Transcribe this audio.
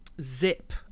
zip